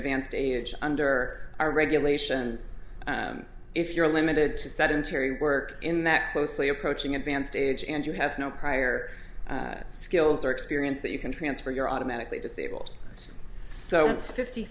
advanced age under our regulations if you're limited to sedentary work in that closely approaching advanced age and you have no prior skills or experience that you can transfer you're automatically disabled so